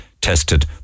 tested